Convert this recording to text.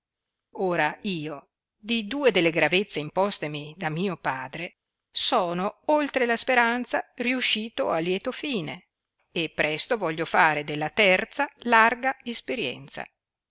ora io di due delle gravezze impostemi da mio padre sono oltre la speranza riuscito a lieto fine e presto voglio fare della terza larga isperienza